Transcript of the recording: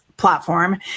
Platform